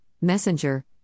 Messenger